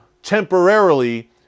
temporarily